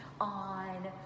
on